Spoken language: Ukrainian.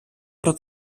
про